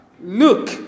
look